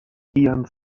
ian